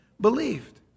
believed